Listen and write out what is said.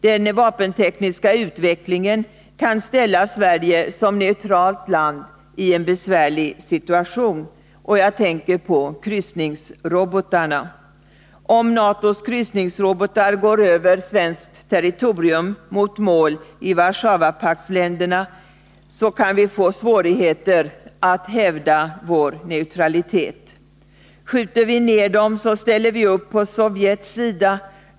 Den vapentekniska utvecklingen kan ställa Sverige som neutralt land i en besvärlig situation. Jag tänker på kryssningsrobotarna. Om NATO:s kryssningsrobotar går över svenskt territorium mot mål i Warszawapaktsländerna kan vi få svårt att hävda vår neutralitet. Om vi skjuter ner dem ställer vi upp på Sovjets sida.